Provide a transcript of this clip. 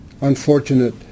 unfortunate